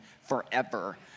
forever